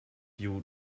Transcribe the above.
you